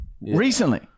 Recently